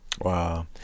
Wow